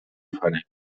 فرنگی